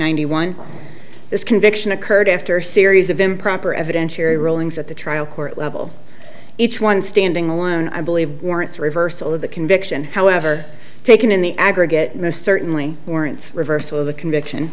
ninety one this conviction occurred after series of improper evidentiary rowlings at the trial court level each one standing alone i believe warrants a reversal of the conviction however taken in the aggregate most certainly warrants reversal of the conviction